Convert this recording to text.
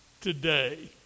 today